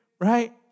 Right